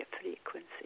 frequency